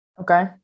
Okay